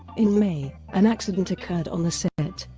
in may, an accident occurred on the set,